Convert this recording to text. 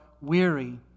weary